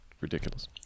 Ridiculous